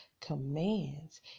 commands